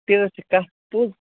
تہِ حظ چھِ کَتھ پوٚز